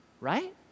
right